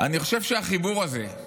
אני חושב שהחיבור הזה,